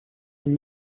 and